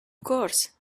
course